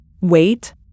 Wait